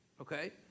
okay